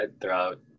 throughout